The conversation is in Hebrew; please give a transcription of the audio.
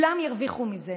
וכולם ירוויחו מזה.